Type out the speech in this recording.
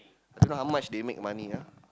I don't know how much they make money ah